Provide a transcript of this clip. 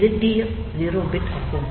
இது TF 0 bit ஆகும்